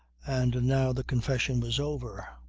and, now the confession was over,